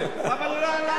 אבל הוא לא העלה הצעה.